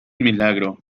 milagro